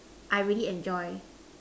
I really enjoy